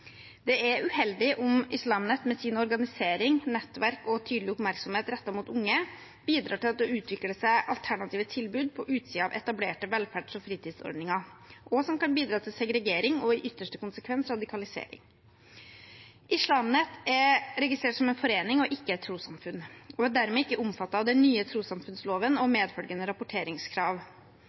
Det er uheldig om Islam Net med sin organisering, nettverk og tydelige oppmerksomhet rettet mot unge bidrar til at det utvikler seg alternative tilbud på utsiden av etablerte velferds- og fritidsordninger, og som kan bidra til segregering og i ytterste konsekvens radikalisering. Islam Net er registrert som en forening og ikke et trossamfunn og er dermed ikke omfattet av den nye trossamfunnsloven og medfølgende rapporteringskrav.